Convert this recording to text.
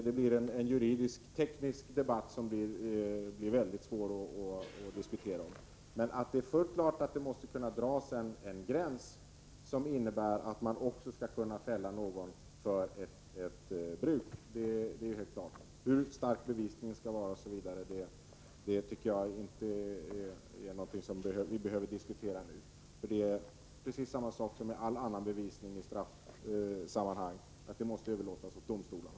Det blir en juridisk-teknisk debatt som är svår att föra. Det är emellertid helt klart att det måste gå att dra en gräns som innebär att man kan fälla någon för ett bruk. Hur stark bevisningen skall vara osv. är inte någonting som vi behöver diskutera nu. Det är precis samma sak som med all annan bevisning i straffsammanhang, dvs. att det måste överlåtas åt domstolarna.